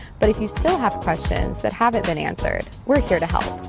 but if you still have questions that haven't been answered. we're here to help